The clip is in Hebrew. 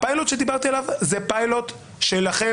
הפיילוט שדיברתי עליו הוא פיילוט שלכם